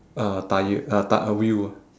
uh tyre uh ty~ uh wheel ah